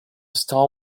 star